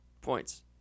points